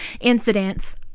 incidents